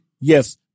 yes